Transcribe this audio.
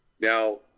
Now